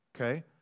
Okay